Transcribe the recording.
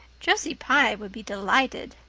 josie pye would be delighted.